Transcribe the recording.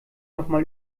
nochmal